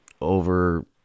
over